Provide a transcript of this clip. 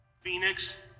Phoenix